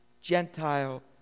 Gentile